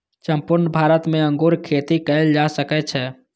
संपूर्ण भारत मे अंगूर खेती कैल जा सकै छै